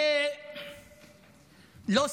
זה לא סביר,